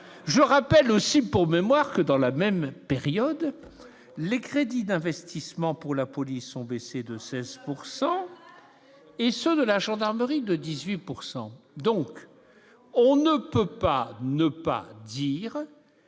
je rappelle aussi pour mémoire que dans la même période, les crédits d'investissement pour la police, ont baissé de 16 pourcent et ceux de la gendarmerie de 18 pourcent donc on ne peut pas ne pas dire